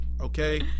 okay